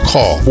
Call